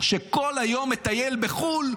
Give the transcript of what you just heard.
שכל היום מטייל בחו"ל,